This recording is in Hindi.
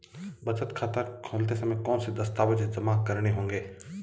बचत खाता खोलते समय कौनसे दस्तावेज़ जमा करने होंगे?